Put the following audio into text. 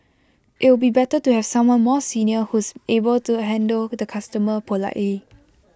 it'll be better to have someone more senior who's able to handle the customer politely